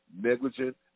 negligent